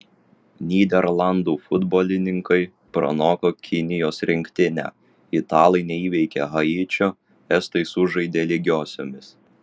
nyderlandų futbolininkai pranoko kinijos rinktinę italai neįveikė haičio estai sužaidė lygiosiomis